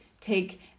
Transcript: Take